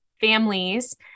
families